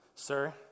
Sir